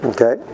Okay